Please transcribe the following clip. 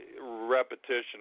repetition